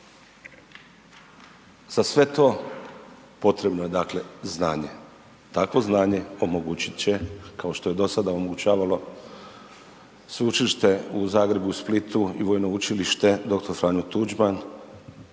za sve to potrebno je, dakle znanje, takvo znanje omogućit će, kao što je dosada omogućavalo Sveučilište u Zagrebu, u Splitu i Vojno učilište „Dr. Franjo Tuđman“,